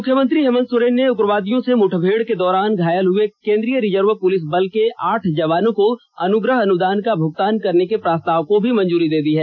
मुख्यमंत्री हेमन्त सोरेन ने उग्रवादियों से मुठभेड़ के दौरान घायल हुए केंद्रीय रिजर्व पुलिस बल के आठ जवानों को अनुग्रह अनुदान का भुगतान करने के प्रस्ताव को मंजूरी दे दी है